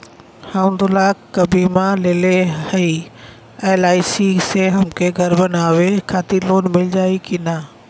हम दूलाख क बीमा लेले हई एल.आई.सी से हमके घर बनवावे खातिर लोन मिल जाई कि ना?